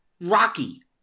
Rocky